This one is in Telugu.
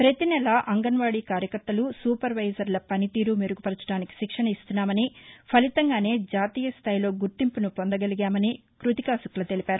పతి నెలా అంగన్వాడీ కార్యకర్తలు సూపర్వైజర్ల పనితీరు మెరుగుపరచడానికి శిక్షణ ఇస్తున్నామని ఫలితంగానే జాతీయ స్టాయిలో గుర్తింపును పొందగలిగామని కృతికా శుక్లా తెలిపారు